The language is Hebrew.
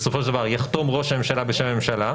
בסופו של דבר יחתום ראש הממשלה בשם הממשלה,